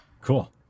Cool